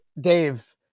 Dave